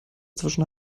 zwischen